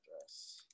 address